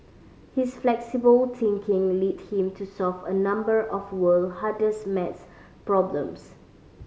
his flexible thinking lead him to solve a number of world hardest maths problems